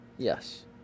Yes